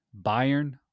Bayern